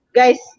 guys